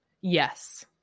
Yes